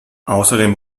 außerdem